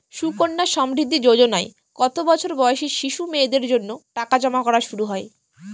সুকন্যা সমৃদ্ধি যোজনায় কত বছর বয়সী শিশু মেয়েদের জন্য টাকা জমা করা শুরু হয়?